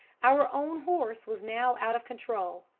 our own horse was now out of control.